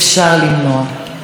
חבר הכנסת איתן ברושי,